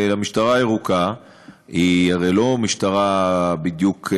המשטרה הירוקה היא הרי לא משטרה בדיוק.